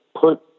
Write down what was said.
put